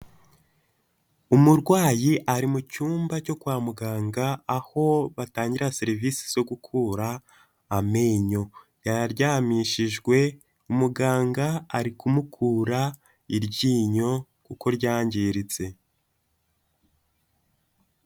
Umurwayi ari mu cyumba cyo kwa muganga aho batangira serivise zo gukura amenyo, yaryamishijwe muganga ari kumukura iryinyo kuko ryangiritse.